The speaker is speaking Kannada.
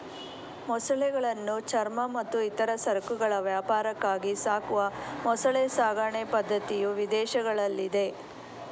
ಮೊಸಳೆಗಳನ್ನು ಚರ್ಮ ಮತ್ತು ಇತರ ಸರಕುಗಳ ವ್ಯಾಪಾರಕ್ಕಾಗಿ ಸಾಕುವ ಮೊಸಳೆ ಸಾಕಣೆ ಪದ್ಧತಿಯು ವಿದೇಶಗಳಲ್ಲಿದೆ